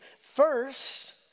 First